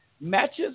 matches